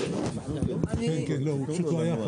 10:15.) אם כך,